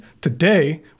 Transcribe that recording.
today